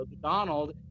Donald